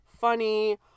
funny